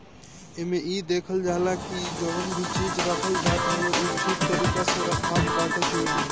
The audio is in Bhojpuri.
एमे इ देखल जाला की जवन भी चीज रखल जात हवे उ ठीक तरीका से रखात बाटे की नाही